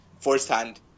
firsthand